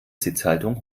sitzhaltung